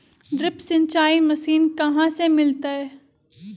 Drip सिंचाई मशीन कहाँ से मिलतै?